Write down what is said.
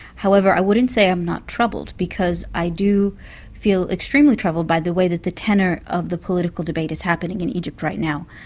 however, i wouldn't say i'm not troubled, because i do feel extremely troubled by the way that the tenor of the political debate is happening in egypt right now.